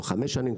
או חמש שנים.